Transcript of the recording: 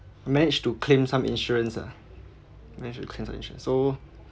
manage to claim some insurance ah manage to claim some insurance so